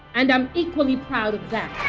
and i'm equally proud of that